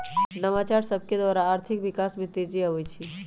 नवाचार सभकेद्वारा आर्थिक विकास में तेजी आबइ छै